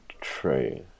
true